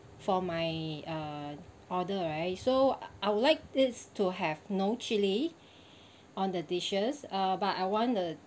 for my uh order right so I would like this to have no chili on the dishes uh but I want the